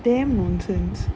damn nonsense